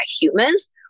humans